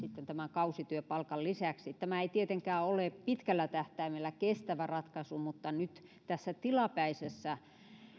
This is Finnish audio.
kausityöpalkan lisäksi tämä ei tietenkään ole pitkällä tähtäimellä kestävä ratkaisu mutta nyt tässä tilapäisessä